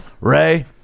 Ray